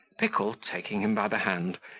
pickle, taking him by the hand,